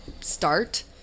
start